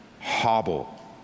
hobble